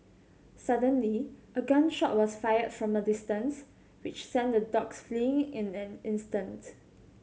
suddenly a gun shot was fired from a distance which sent the dogs fleeing in an instant